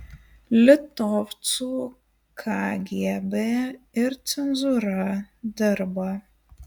litovcų kgb ir cenzūra dirba